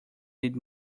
need